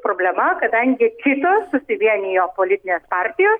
problema kadangi kitos susivienijo politinės partijos